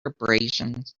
abrasions